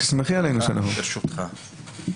ברשותך,